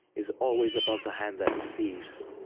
is always above the hand that receives.